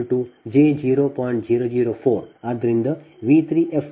ಮುಂದಿನದು ಅದೇ ರೀತಿ ನಿಮ್ಮ I23V2f V3fj0